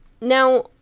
Now